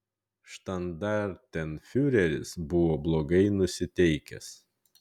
štandartenfiureris buvo blogai nusiteikęs